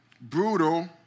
brutal